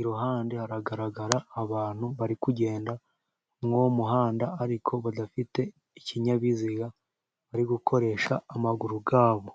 iruhande haragaragara abantu bari kugenda mw'uwo muhanda, ariko badafite ikinyabiziga bari gukoresha amaguru yabo.